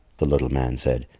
the little man said,